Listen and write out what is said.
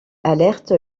alerte